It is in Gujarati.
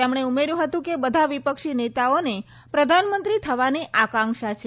તેમણે ઉમેર્યું હતું કે બધાા વિપક્ષી નેતાઓને પ્રધાનમંત્રી થવાની આકાંક્ષા છે